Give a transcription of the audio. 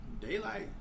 daylight